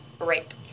rape